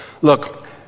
look